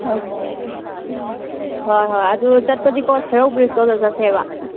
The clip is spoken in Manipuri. ꯍꯣꯏ ꯆꯠꯂꯨꯔꯁꯤ ꯍꯣꯏ ꯍꯣꯏ ꯑꯗꯣ ꯆꯠꯄꯗꯤꯀꯣ ꯁꯦꯔꯧ ꯕ꯭ꯔꯤꯁꯇꯣ ꯑꯗꯨꯗ ꯆꯠꯁꯦꯕ